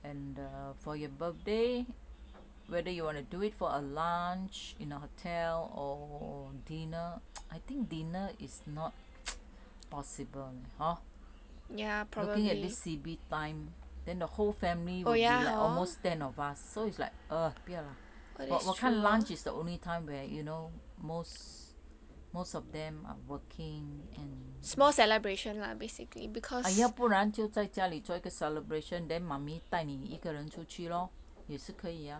and err for your birthday whether you want to do it for a lunch in a hotel or dinner I think dinner is not possible hor looking at this C_B time then the whole family almost ten of us so it's like ugh 不要 lah 我看 lunch is the only time where you know most most of them are working and 要不然就在家里做一个 celebration then mummy 带你一个人出去 lor 也是可以呀